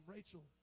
Rachel